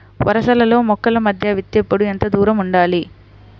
వరసలలో మొక్కల మధ్య విత్తేప్పుడు ఎంతదూరం ఉండాలి?